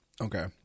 Okay